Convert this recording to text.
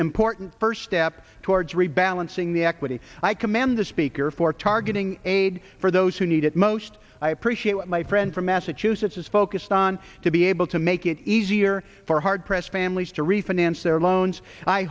pm porton first step towards rebalancing the equity i commend the speaker for targeting aid for those who need it most i appreciate what my friend from massachusetts is focused on to be able to make it easier for hard pressed families to refinance their loans i